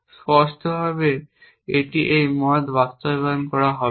স্পষ্টভাবে এটি এই মত বাস্তবায়ন করা হবে না